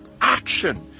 action